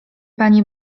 pani